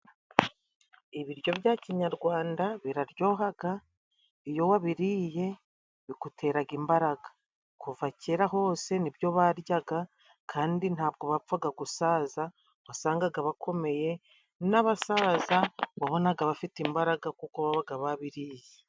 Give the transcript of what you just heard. Ibiryo bya kinyarwanda biraryohaga, iyo wabiriye biguteraga imbaraga. Kuva kera hose ni byo baryaga kandi ntabwo bapfaga gusaza. Wasangaga bakomeye, n'abasaza wabonaga bafite imbaraga kuko babaga babiriye.